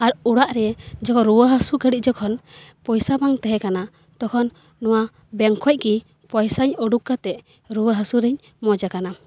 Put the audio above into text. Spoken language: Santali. ᱟᱨ ᱚᱲᱟᱜ ᱨᱮ ᱡᱚᱠᱷᱚᱱ ᱨᱩᱣᱟᱹ ᱦᱟᱥᱩ ᱜᱷᱟ ᱲᱤᱡ ᱡᱚᱠᱷᱚᱱ ᱯᱚᱭᱥᱟ ᱵᱟᱝ ᱛᱟᱦᱮᱸ ᱠᱟᱱᱟ ᱛᱚᱠᱷᱚᱱ ᱱᱚᱣᱟ ᱵᱮᱝᱠ ᱠᱷᱚᱡ ᱜᱮ ᱯᱚᱭᱥᱟᱧ ᱚᱰᱚᱠ ᱠᱟᱛᱮ ᱨᱩᱣᱟᱹ ᱦᱟᱥᱩᱨᱮᱧ ᱢᱚᱡᱽ ᱠᱟᱱᱟ